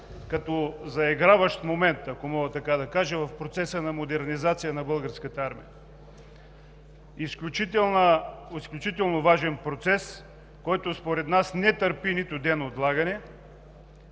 като заиграващ момент, ако мога така да кажа, в процеса на модернизация на Българската армия. Изключително важен процес, който според нас не търпи нито ден отлагане.